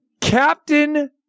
Captain